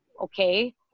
okay